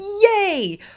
yay